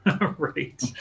Right